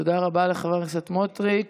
תודה רבה לחבר הכנסת סמוטריץ'.